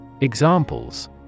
Examples